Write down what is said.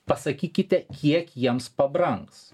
pasakykite kiek jiems pabrangs